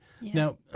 Now